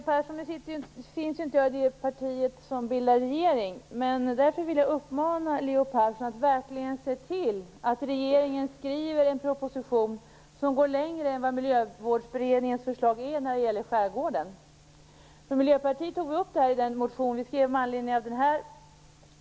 Fru talman! Fjällvärlden togs upp i förslaget. Det finns naturligtvis likheter mellan skotern i fjällen och båten i skärgården.